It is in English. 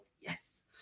Yes